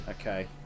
Okay